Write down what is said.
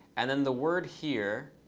and then the word here.